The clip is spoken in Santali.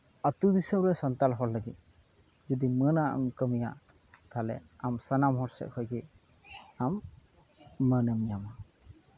ᱟᱛᱳ ᱫᱤᱥᱚᱢ ᱨᱮ ᱥᱟᱱᱛᱟᱲ ᱦᱚᱲ ᱞᱟᱹᱜᱤᱫ ᱡᱩᱫᱤ ᱢᱟᱹᱱᱟᱜ ᱮᱢ ᱠᱟᱹᱢᱤᱭᱟ ᱛᱟᱦᱚᱞᱮ ᱟᱢ ᱥᱟᱱᱟᱢ ᱦᱚᱲ ᱥᱮᱜ ᱠᱷᱚᱡ ᱜᱮ ᱟᱢ ᱢᱟᱹᱱ ᱮᱢ ᱧᱟᱢᱟ